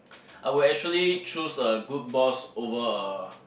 I would actually choose a good boss over a